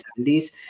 70s